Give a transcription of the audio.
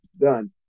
done